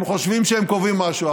הם חושבים שהם קובעים משהו,